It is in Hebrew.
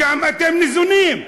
משם אתם ניזונים.